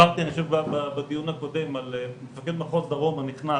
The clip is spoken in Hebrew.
דיברתי בדיון הקודם על מפקד מחוז דרום הנכנס,